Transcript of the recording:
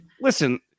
listen